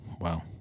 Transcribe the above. Wow